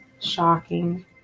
Shocking